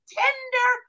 tender